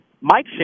Mike